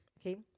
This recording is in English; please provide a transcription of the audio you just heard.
Okay